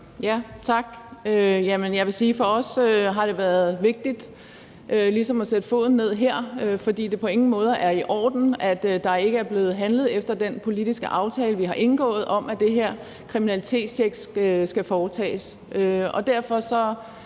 Jerkel (KF): Tak. For os har det været vigtigt ligesom at sætte foden ned her. For det er på ingen måde i orden, at der ikke er blevet handlet efter den politiske aftale, vi har indgået, om, at det her kriminalitetstjek skal foretages. Derfor sætter